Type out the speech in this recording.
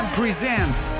presents